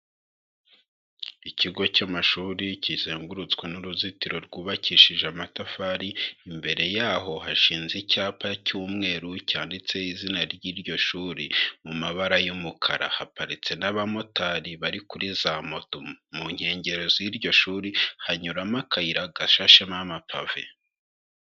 Ikigo cy'amashuri kizengurutswe n'uruzitiro rwubakishije amatafari, imbere yaho hashinze icyapa cy'umweru cyanditse izina ry'iryo shuri mu mabara y'umukara, haparitse n'abamotari bari kuri za moto, mu nkengero z'iryo shuri hanyuramo akayira gashashemo amapave.